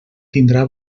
tindrà